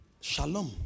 Shalom